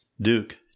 Duke